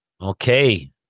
Okay